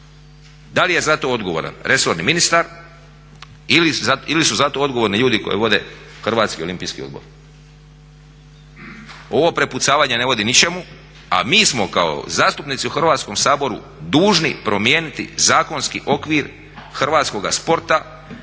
da li je za to odgovoran resorni ministar ili su za to odgovorni ljudi koji vode HOO? Ovo prepucavanje ne vodim ničemu a mi smo kao zastupnici u Hrvatskom saboru dužni promijeniti zakonski okvir hrvatskoga sporta